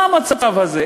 מה המצב הזה?